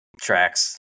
tracks